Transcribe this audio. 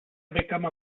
become